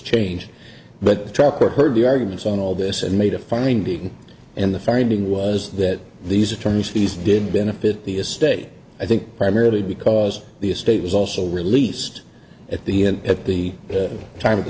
changed but the trucker heard the arguments on all this and made a finding and the finding was that these attorneys fees didn't benefit the estate i think primarily because the estate was also released at the end at the time of the